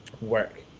work